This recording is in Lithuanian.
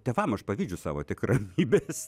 tėvam aš pavydžiu savo tiek ramybės